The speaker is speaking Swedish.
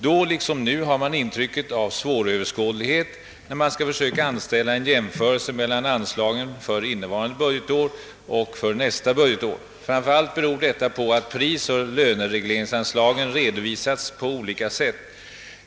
Då liksom nu har man intrycket av svåröverskådlighet, när man skall försöka anställa en jämförelse mellan anslagen för innevarande budgetår och för nästa budgetår. Framför allt beror detta på att prisoch löneregleringsanslagen redovisats på olika sätt.